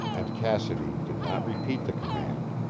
and cassidy did not repeat the command,